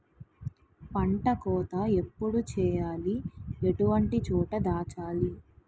పంట కోత ఎప్పుడు చేయాలి? ఎటువంటి చోట దాచాలి?